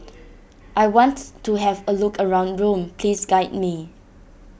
I want to have a look around Rome please guide me